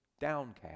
downcast